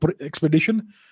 expedition